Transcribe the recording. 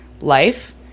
life